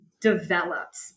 developed